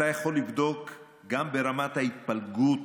אתה יכול לבדוק, גם ברמת ההתפלגות,